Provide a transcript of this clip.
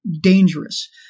dangerous